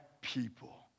people